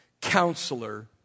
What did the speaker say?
counselor